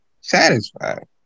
satisfied